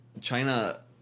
China